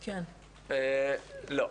לא,